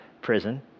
prison